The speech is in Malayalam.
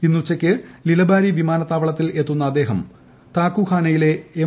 ഇന്ന് ഉച്ചയ്ക്ക് ലിലബാരി വിമാനത്താവളത്തിൽ എത്തുന്ന അദ്ദേഹം ധാക്കുഖാനയിലെ എം